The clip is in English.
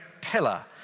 pillar